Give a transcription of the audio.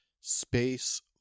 Space